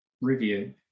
review